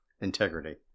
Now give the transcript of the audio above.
integrity